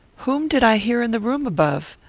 whom did i hear in the room above?